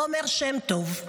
עומר שם טוב,